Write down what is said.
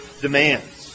demands